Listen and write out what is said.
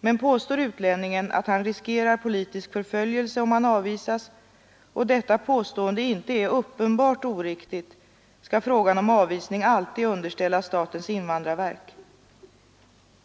men påstår utlänningen att han riskerar politisk förföljelse om han avvisas, och detta påstående inte är uppenbart oriktigt, skall frågan om avvisning alltid underställas statens invandrarverk.